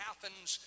Athens